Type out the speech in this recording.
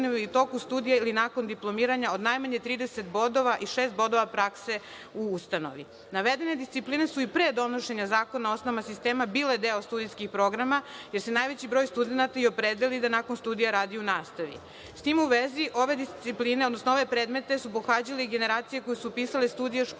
u toku studija ili nakon diplomiranja od najmanje 30 bodova i šest bodova prakse u ustanovi. Navedene discipline su i pre donošenja Zakona o osnovama sistema bile deo studijskih programa, jer se najveći broj studenata i opredeli da nakon studija radi u nastavi.S tim u vezi, ove discipline, odnosno ove predmete su pohađale generacije koje su upisale studije školske